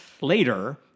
later